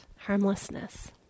Harmlessness